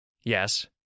Yes